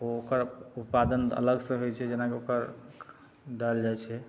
ओ ओकर उत्पादन अलग से होइ छै जेनाकि ओकर डालि जाइ छै